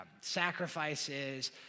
sacrifices